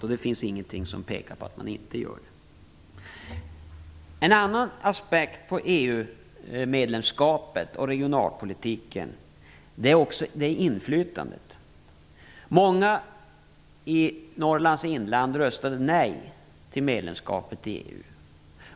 Och det finns ingenting som pekar på att man inte gör det. En annan aspekt på EU-medlemskapet och regionalpolitiken är inflytandet. Många i Norrlands inland röstade nej till medlemskapet i EU.